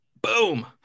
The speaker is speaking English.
Boom